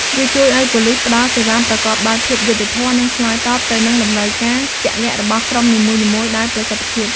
វាជួយឱ្យប៉ូលិសផ្តល់សេវាប្រកបដោយ ភាពយុត្តិធម៌ និងឆ្លើយតបទៅនឹងតម្រូវការជាក់លាក់របស់ក្រុមនីមួយៗដោយប្រសិទ្ធភាព។